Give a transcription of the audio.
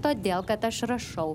todėl kad aš rašau